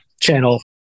channel